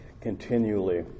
continually